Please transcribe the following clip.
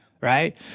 right